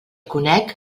conec